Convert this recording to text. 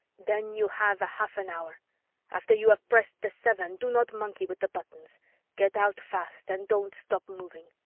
then you have a half an hour after you have pressed the seven, do not monkey with the buttons get out fast and don't stop moving.